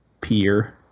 peer